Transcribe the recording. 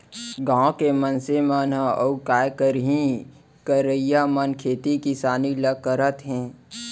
गॉंव के मनसे मन अउ काय करहीं करइया मन खेती किसानी ल करत हें